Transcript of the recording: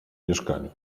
mieszkaniu